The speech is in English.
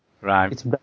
Right